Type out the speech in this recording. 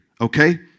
okay